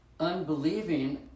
unbelieving